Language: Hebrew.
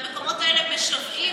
והמקומות האלה משוועים לעובדים סוציאליים.